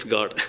God